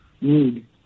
need